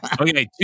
okay